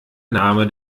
name